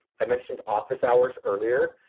i mentioned office hours earlier.